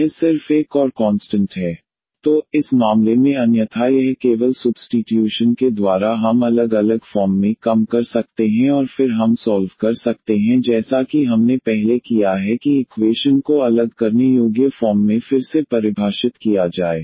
यह सिर्फ एक और कॉन्स्टंट है where aabb तो इस मामले में अन्यथा यह केवल सुब्स्टीट्यूशन के द्वारा हम अलग अलग फॉर्म में कम कर सकते हैं और फिर हम सॉल्व कर सकते हैं जैसा कि हमने पहले किया है कि इक्वेशन को अलग करने योग्य फॉर्म में फिर से परिभाषित किया जाए